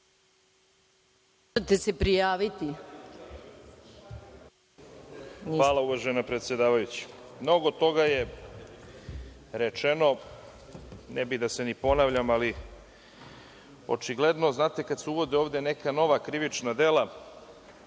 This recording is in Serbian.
Hvala uvažena predsedavajuća. Mnogo toga je rečeno, ne bih ni da se ponavljam, ali očigledno kada se uvode ovde neka nova krivična dela